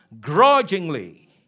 grudgingly